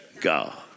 God